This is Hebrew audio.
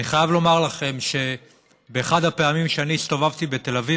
אני חייב לומר לכם שבאחת הפעמים שאני הסתובבתי בתל אביב,